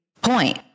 point